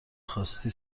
خواستی